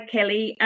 Kelly